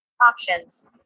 Options